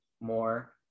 more